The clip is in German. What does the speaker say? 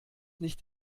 nicht